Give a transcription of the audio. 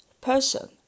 person